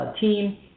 team